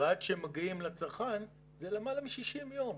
ועד שהם מגיעים לצרכן, עוברים למעלה מ-60 ימים.